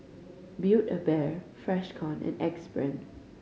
Build A Bear Freshkon and Axe Brand